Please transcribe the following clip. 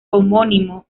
homónimo